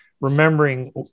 remembering